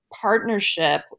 partnership